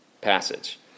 passage